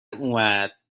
اومد